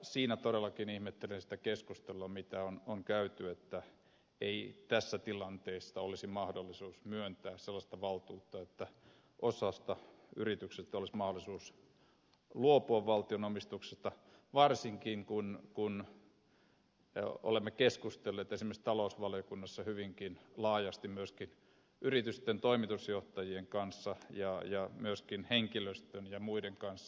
siinä todellakin ihmettelen sitä keskustelua mitä on käyty että ei tässä tilanteessa olisi mahdollisuutta myöntää sellaista valtuutta että osassa yrityksistä olisi mahdollisuus luopua valtion omistuksesta varsinkin kun olemme keskustelleet esimerkiksi talousvaliokunnassa hyvinkin laajasti myöskin yritysten toimitusjohtajien kanssa ja myöskin henkilöstön ja muiden kanssa